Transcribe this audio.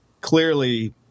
clearly